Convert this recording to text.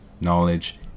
knowledge